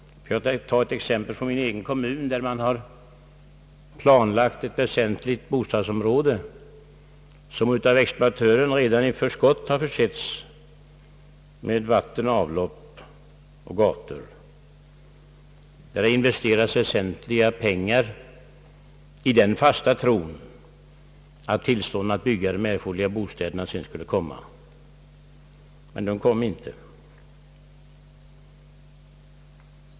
Jag kan ta ett exempel från min egen kommun, där man har planlagt ett viktigt bostadsområde som av exploatören redan i förväg har försetts ned vatten och avlopp och med gator. Där investeras mycket pengar i den fasta tron att tillstånd att bygga de erforderliga bostäderna sedan skulle lämnas, men tillstånden lämnades inte.